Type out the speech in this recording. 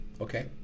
okay